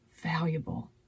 valuable